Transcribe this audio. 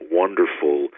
wonderful